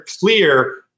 clear